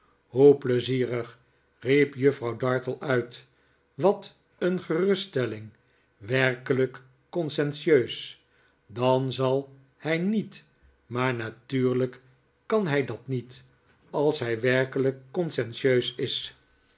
hoe pleizierig riep juffrouw dartle uit wat een geruststelling werkelijk conscientieus dan zal hij niet maar natuurlijk k an hij dat niet als hij werkelijk conscientieus is